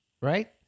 right